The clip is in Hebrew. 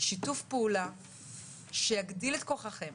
שיתוף פעולה שיגדיל את כוחכם